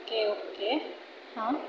okay okay ହଁ